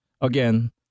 again